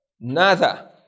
nada